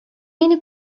мине